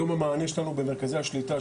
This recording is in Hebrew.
היום המענה שלנו במרכזי השליטה,